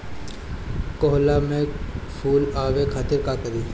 कोहड़ा में फुल आवे खातिर का करी?